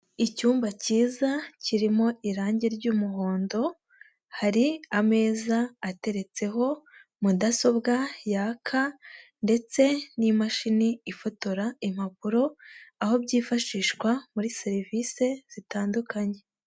Icyumba kiza kirimo irangi ry'umuhondo, hari ameza ateretseho mudasobwa yaka ndetse n'imashini ifotora impapuro, aho byifashishwa muri serivisi zitandukanye.